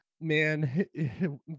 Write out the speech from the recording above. man